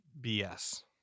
BS